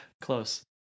Close